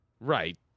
Right